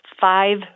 five